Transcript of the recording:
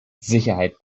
sicherheit